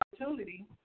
opportunity